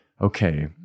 okay